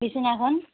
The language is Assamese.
বিছনাখন